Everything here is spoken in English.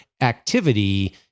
activity